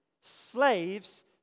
slaves